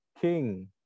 King